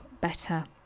better